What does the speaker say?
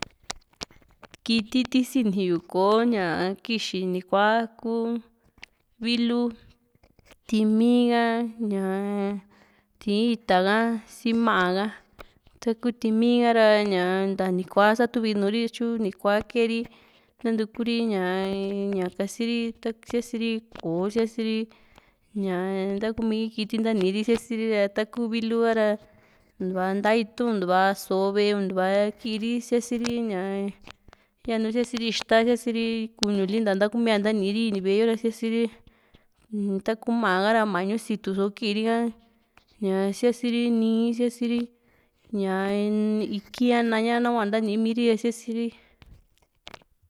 kiti ti sini yu ña kò´o kixi ni kua ku vilu, ti´ími ka, ñaa tii´n ita ka si ma´a ka taku ti´ími ka ra ña ntani kua sa tuvi Nuri tyu ni kua kee ri nantukuri ña kasiri ta sia´siri koo sia´si ri ñaa ntakumi kiti ntani ri sia´si ri´a taku vilu ha´ra ntuva nta kitu´n ntuva so´o ve´e kiiri sia´si ri ñaa yanu siasiri ixta yanu siasiri kuñuli nta ntakumia ntaniri ini ve´e yo ra sia´siri taku ma´a ra mañu situ so kiiri´a ña siasiri nii sia´siri ñaa ikì´n ha naña ka nahua ntanimi ra siasiri ri.